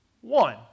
one